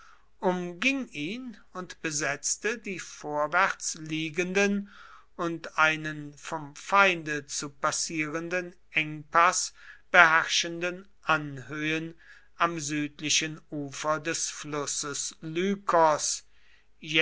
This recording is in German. umging ihn und besetzte die vorwärts liegenden und einen vom feinde zu passierenden engpaß beherrschenden anhöhen am südlichen ufer des flusses